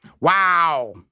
Wow